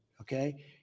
okay